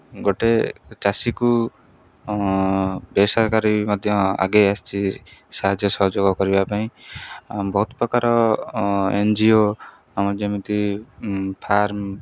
ଗୋଟେ ଚାଷୀକୁ ବେସରକାରୀ ମଧ୍ୟ ଆଗେଇ ଆସିଛି ସାହାଯ୍ୟ ସହଯୋଗ କରିବା ପାଇଁ ବହୁତ ପ୍ରକାର ଏନ୍ ଜି ଓ ଆମ ଯେମିତି ଫାର୍ମ